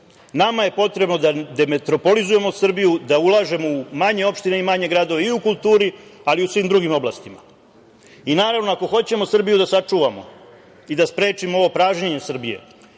kugu. Nama je potrebno da demetropolizujemo Srbiju, da ulažemo u manje opštine i manje gradove i u kulturi, ali i u svim drugim oblastima. Naravno, ako hoćemo Srbiju da sačuvamo i da sprečimo ovo pražnjenje Srbije,